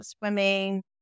swimming